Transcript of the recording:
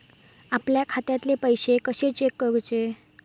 आपल्या खात्यातले पैसे कशे चेक करुचे?